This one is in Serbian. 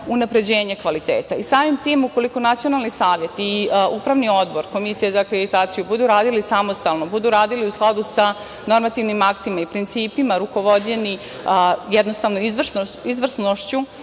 unapređenje kvaliteta. Samim tim, ukoliko Nacionalni savet, Upravni odbor i Komisija za akreditaciju budu radili samostalno, budu radili u skladu sa normativnim aktima i principima rukovođeni jednostavno izvrsnošću,